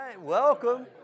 Welcome